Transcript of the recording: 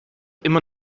immer